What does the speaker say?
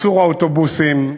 ייצור האוטובוסים.